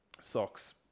socks